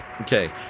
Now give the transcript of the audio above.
Okay